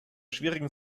schwierigen